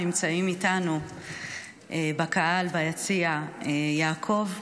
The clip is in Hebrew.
נמצאים איתנו בקהל, ביציע, יעקב,